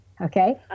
okay